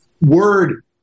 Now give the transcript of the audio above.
word